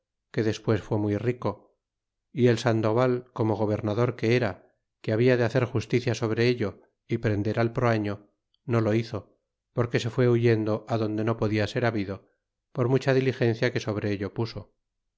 que despues fue muy rico y el sandoval como gobernador que era que habla de hacer justicia sobre ello y prender al proario no lo hizo porque se fué huyendo adonde no podia ser habido por mucha diligencia que sobre ello puso